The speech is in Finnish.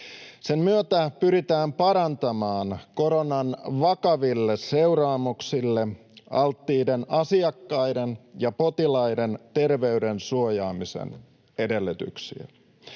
Sen myötä pyritään parantamaan koronan vakaville seuraamuksille alttiiden asiakkaiden ja potilaiden terveyden suojaamisen edellytyksiä.